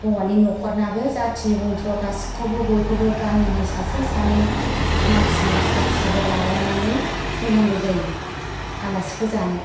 हौवानि न'खरनाबो जाथि बंस' गासिखौबो बयखौबो गामिनि सासे सानै मानसि साखि साबोद लालायनानै फैनांगौ जायो आलासिखौ जानो